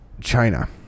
China